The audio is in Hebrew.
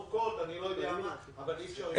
אני לא יודע מה, אבל אי אפשר למנוע.